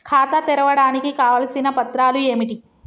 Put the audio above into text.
ఖాతా తెరవడానికి కావలసిన పత్రాలు ఏమిటి?